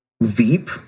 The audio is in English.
Veep